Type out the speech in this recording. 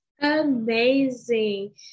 Amazing